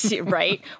right